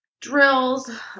drills